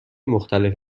مختلف